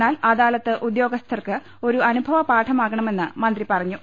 എന്നാൽ അദാലത്ത് ഉദ്യോഗസ്ഥർക്ക് ഒരു അനുഭവപാഠമാകണ മെന്ന് മന്ത്രി പറഞ്ഞു